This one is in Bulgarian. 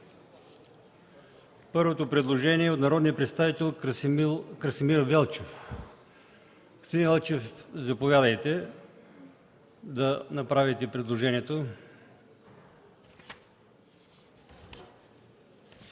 Първото предложение е от народния представител Красимир Велчев. Господин Велчев, заповядайте да направите предложението.